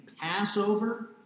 Passover